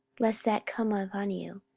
lest that come upon you,